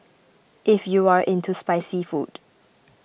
if you are into spicy food